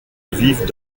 vivent